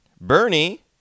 Bernie